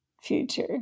future